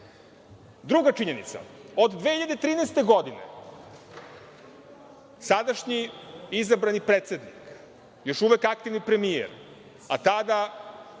toga? Druga činjenica, od 2013. godine sadašnji izabrani predsednik, još uvek aktivni premijer, a tada